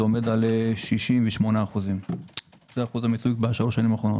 זה פשוט נורא ואיום.